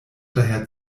daher